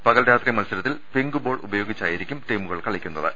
പകൽ രാത്രി മത്സ രത്തിൽ പിങ്ക് ബോൾ ഉപയോഗിച്ചായിരിക്കും ടീമുകൾ കളിക്കുന്ന ത്